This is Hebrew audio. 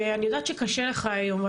אני יודעת שקשה לך היום,